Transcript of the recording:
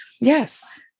Yes